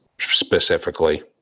specifically